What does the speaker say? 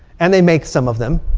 and they make some of them.